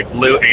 Blue